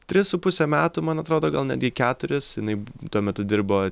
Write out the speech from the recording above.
tris su puse metų man atrodo gal netgi keturis jinai tuo metu dirbo